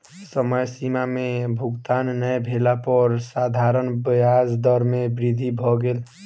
समय सीमा में भुगतान नै भेला पर साधारण ब्याज दर में वृद्धि भ गेल